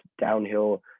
downhill